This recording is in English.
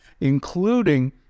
including